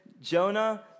Jonah